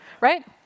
right